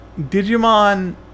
Digimon